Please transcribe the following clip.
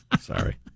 Sorry